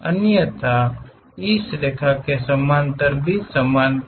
अन्यथा इस रेखा के समानांतर भी समानांतर